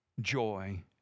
joy